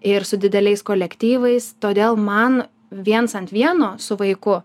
ir su dideliais kolektyvais todėl man viens ant vieno su vaiku